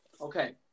okay